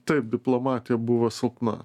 taip diplomatija buvo silpna